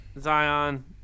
Zion